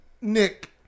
Nick